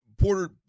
Porter –